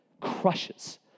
Crushes